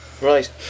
Right